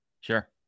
Sure